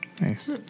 Nice